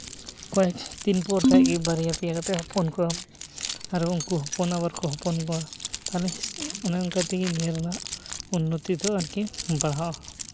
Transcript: ᱚᱠᱚᱭ ᱫᱤᱱ ᱯᱚᱨ ᱠᱷᱟᱱ ᱜᱮ ᱵᱟᱨᱭᱟ ᱯᱮᱭᱟ ᱠᱟᱛᱮᱭ ᱦᱚᱯᱚᱱ ᱠᱚᱣᱟ ᱟᱨ ᱩᱱᱠᱩ ᱦᱚᱯᱚᱱ ᱟᱵᱟᱨ ᱠᱚ ᱦᱚᱯᱚᱱ ᱠᱚᱣᱟ ᱛᱟᱦᱚᱞᱮ ᱚᱱᱮ ᱚᱱᱠᱟ ᱛᱮᱜᱮ ᱱᱤᱭᱟᱹ ᱨᱮᱱᱟᱜ ᱩᱱᱱᱚᱛᱤ ᱫᱚ ᱟᱨᱠᱤ ᱵᱟᱲᱦᱟᱜᱼᱟ